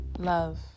love